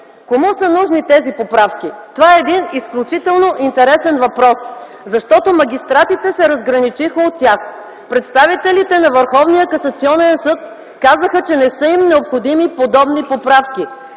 Кому са нужни тези поправки? Това е един изключително интересен въпрос, защото магистратите се разграничиха от тях, представителите на Върховния касационен съд казаха, че не са им необходими подобни поправки.